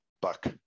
Buck